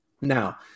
Now